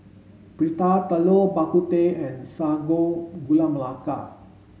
Prata Telur Bak Kut Teh and Sago Gula Melaka